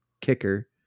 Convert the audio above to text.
kicker